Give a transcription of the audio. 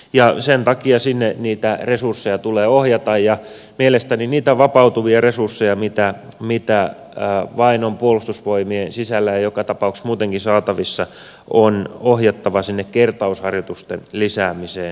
sen takia sinne niitä resursseja tulee ohjata ja mielestäni niitä vapautuvia resursseja joita vain on puolustusvoimien sisällä ja joka tapauksessa muutenkin saatavissa on ohjattava sinne kertausharjoitusten lisäämiseen